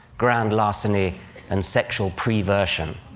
grand larceny and sexual pre-version.